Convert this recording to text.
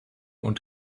und